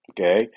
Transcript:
Okay